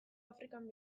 afrikan